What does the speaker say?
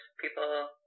People